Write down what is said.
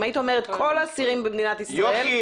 אם היית אומרת כל האסירים במדינת ישראל בכל בתי הכלא --- יוכי,